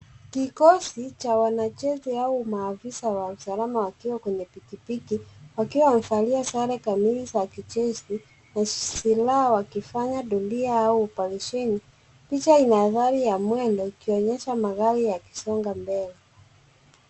Kikosi cha wanajeshi au maafisa wa usalama wakiwa kwenye pikipiki wakowa wamevalia sare kamili za kijeahi na silaha wakifanya dundia au oparesheni. Picha ina gari ya mwege ikionyesha magari yakisonga mbele.